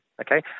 okay